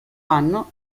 anno